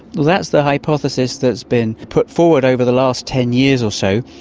that's the hypothesis that has been put forward over the last ten years or so.